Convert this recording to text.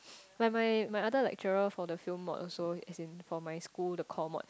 my my my other lecturer for the film mod also it's in for my school deco mod